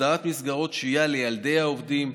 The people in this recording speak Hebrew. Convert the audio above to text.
מסדירים מסגרות שהייה לילדי העובדים,